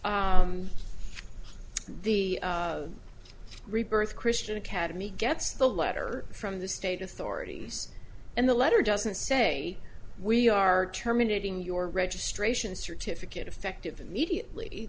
the rebirth christian academy gets the letter from the state authorities and the letter doesn't say we are terminating your registration certificate effective immediately